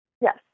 yes